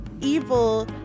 evil